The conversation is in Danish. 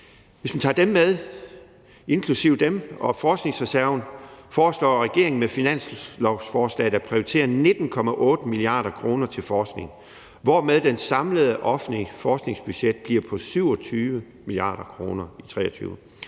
Hvis vi tager dem og forskningsreserven, foreslår regeringen med finanslovsforslaget at prioritere 19,8 mia. kr. til forskning, hvormed det samlede offentlige forskningsbudget bliver på 27 mia. kr. i 2023.